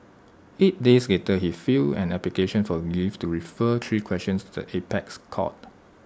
eight days later he filed an application for leave to refer three questions to the apex court